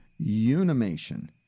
unimation